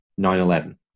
9-11